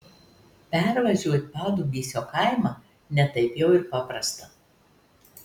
pervažiuot padubysio kaimą ne taip jau ir paprasta